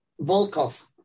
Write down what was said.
Volkov